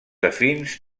afins